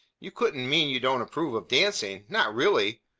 you couldn't mean you don't approve of dancing? not really!